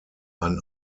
ein